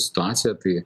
situaciją tai